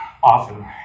often